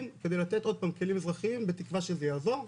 כדי לתת עוד פעם כלים אזרחיים בתקווה שזה יעזור,